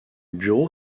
bureau